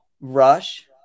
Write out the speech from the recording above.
rush